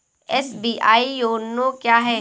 SBI YONO क्या है?